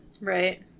Right